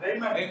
Amen